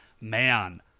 man